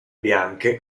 bianche